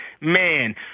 man